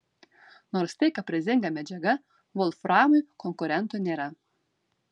nors tai kaprizinga medžiaga volframui konkurentų nėra